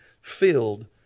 filled